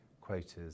quotas